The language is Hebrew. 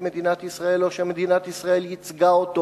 מדינת ישראל או שמדינת ישראל ייצגה אותו.